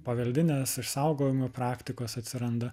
paveldinės išsaugojimo praktikos atsiranda